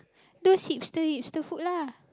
those hipster hipster food lah